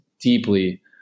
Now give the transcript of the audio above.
deeply